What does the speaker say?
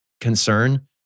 concern